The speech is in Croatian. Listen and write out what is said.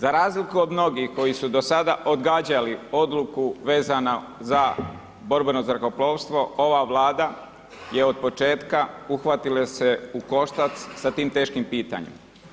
Za razliku od mnogih koji su do sada odgađali odluku vezanu za borbeno zrakoplovstvo, ova vlada je od početka, uhvatila se je u koštac sa tim teškim pitanjima.